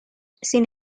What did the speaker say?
sin